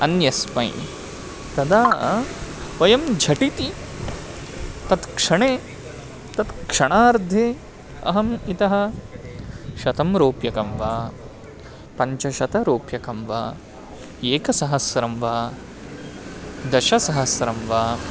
अन्यस्मै तदा वयं झटिति तत् क्षणे तत् क्षणार्धे अहम् इतः शतं रूप्यकं वा पञ्चशतरूप्यकं वा एकसहस्रं वा दशसहस्रं वा